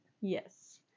Yes